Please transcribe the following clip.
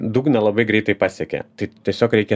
dugną labai greitai pasiekia tai tiesiog reikia